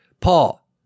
Paul